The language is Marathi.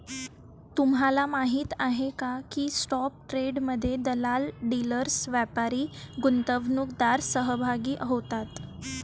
तुम्हाला माहीत आहे का की स्पॉट ट्रेडमध्ये दलाल, डीलर्स, व्यापारी, गुंतवणूकदार सहभागी होतात